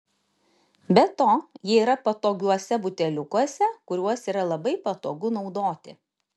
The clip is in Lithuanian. be to jie yra patogiuose buteliukuose kuriuos yra labai patogu naudoti